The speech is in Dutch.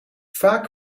vaak